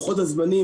לוחות הזמנים,